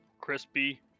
Crispy